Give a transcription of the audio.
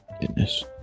goodness